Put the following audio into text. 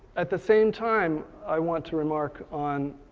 at the same time, i want to remark on